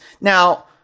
Now